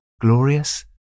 glorious